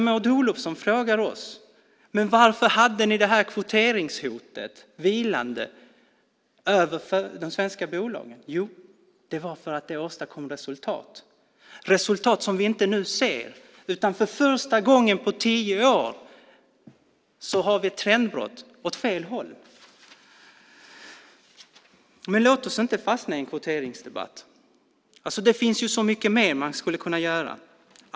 Maud Olofsson frågar oss: Varför hade ni kvoteringshotet vilande över de svenska bolagen? Jo, det var för att det åstadkom resultat - resultat som vi nu inte längre ser. För första gången på tio år har vi nu ett trendbrott där utvecklingen går åt fel håll. Men låt oss inte fastna i en kvoteringsdebatt. Det finns så mycket mer man skulle kunna göra.